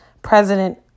President